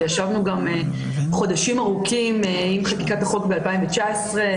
וישבנו גם חודשים ארוכים עם חקיקת החוק ב-2019,